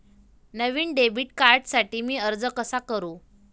नवीन debit कार्डसाठी मी अर्ज कसा करू?